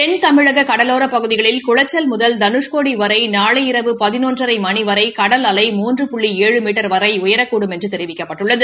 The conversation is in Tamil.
தெள்தமிழக கடலோரப் பகுதிகளில் குளச்சல் முதல் தனுஷ்கோடி வரை நாளை இரவு பதினொன்றரை மணி வரை கடல் அலை மூன்று புள்ளி ஏழு மீட்டர் வரை உயரக்கூடும் என்று தெரிவிக்கப்பட்டுள்ளது